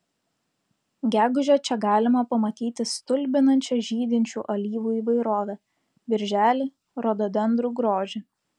gegužę čia galima pamatyti stulbinančią žydinčių alyvų įvairovę birželį rododendrų grožį